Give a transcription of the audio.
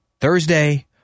Thursday